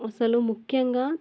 అసలు ముఖ్యంగా